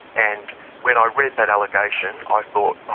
and when i read that allegation i thought,